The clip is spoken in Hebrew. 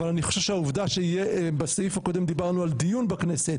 אבל אני חושב שהעובדה שבסעיף הקודם דיברנו על דיון בכנסת